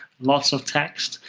lots of text.